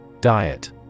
Diet